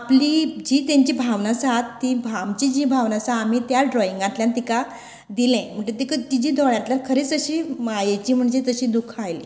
आमची जी भावना आसा ती भावनां आमी त्या ड्रोइंगातल्यान तिका दिलें म्हणटकच तिजें दोळ्यांतल्या खरेंच अशी मायेचीं म्हणटा तशीं दुखां आयलीं